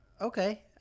okay